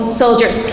soldiers